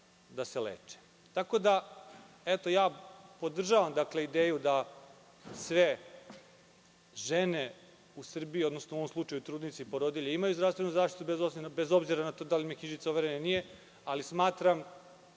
da se leče? Podržavam ideju da sve žene u Srbiji, odnosno u ovom slučaju trudnice i porodilje, imaju zdravstvenu zaštitu bez obzira na to da li im je knjižica overena ili nije, ali smatram